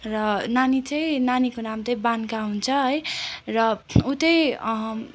र नानी चाहिँ नानीको नाम चाहिँ बानका हुन्छ है र ऊ चाहिँ